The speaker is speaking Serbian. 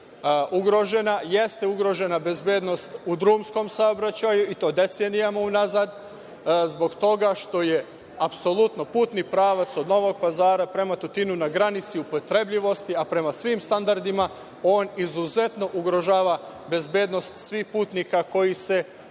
ugrožena. Jeste ugrožena bezbednost u drumskom saobraćaju i to decenijama unazad, zbog toga što je apsolutno putni pravac od Novog Pazara prema Tutinu na granici upotrebljivosti, a prema svim standardima on izuzetno ugrožava bezbednost svih putnika koji se kreću